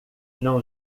não